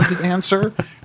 answer